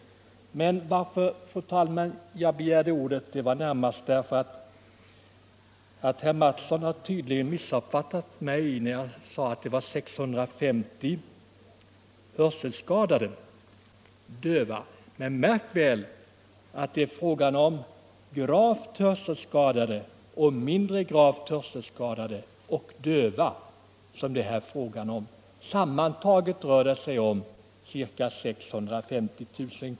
Anledningen till att jag begärde ordet, fru talman, var närmast att herr Mattsson i Lane-Herrestad tydligen missuppfattade mig när jag sade att det finns 650 000 döva. Märk väl att det är fråga om gravt hörselskadade, mindre gravt hörselskadade och döva. Sammantaget rör det sig om ett antal av ca 650 000.